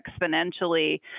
exponentially